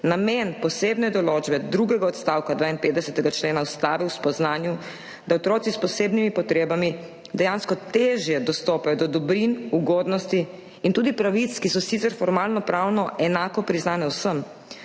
»namen posebne določbe drugega odstavka 52. člena Ustave v spoznanju, da otroci s posebnimi potrebami dejansko težje dostopajo do dobrin, ugodnosti in tudi pravic, ki so sicer formalno pravno enako priznane vsem«.